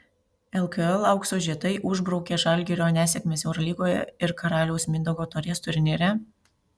lkl aukso žiedai užbraukė žalgirio nesėkmes eurolygoje ir karaliaus mindaugo taurės turnyre